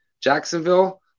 Jacksonville